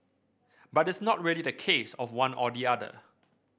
but it's not really the case of one or the other